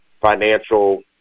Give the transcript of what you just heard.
financial